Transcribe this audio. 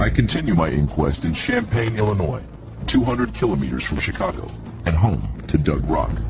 i continue my inquest in champaign illinois two hundred kilometers from chicago and home to dog rock